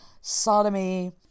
sodomy